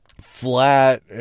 flat